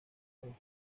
con